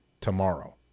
tomorrow